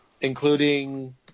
including